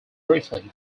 briefly